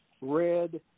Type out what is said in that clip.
red